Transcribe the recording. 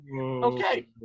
okay